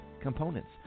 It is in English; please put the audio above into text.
components